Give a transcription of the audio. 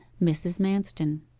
mrs. manston.